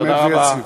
תודה רבה.